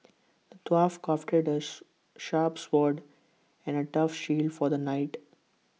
the dwarf crafted A sharp sword and A tough shield for the knight